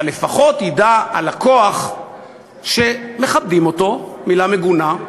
אבל לפחות ידע הלקוח שמכבדים אותו מילה מגונה,